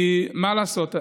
כי מה לעשות,